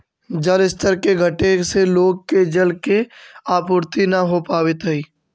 जलस्तर के घटे से लोग के जल के आपूर्ति न हो पावित हई